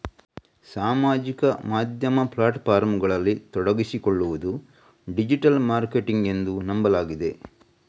ಸಾಮಾಜಿಕ ಮಾಧ್ಯಮ ಪ್ಲಾಟ್ ಫಾರ್ಮುಗಳಲ್ಲಿ ತೊಡಗಿಸಿಕೊಳ್ಳುವುದು ಡಿಜಿಟಲ್ ಮಾರ್ಕೆಟಿಂಗ್ ಎಂದು ನಂಬಲಾಗಿದೆ